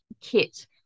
kit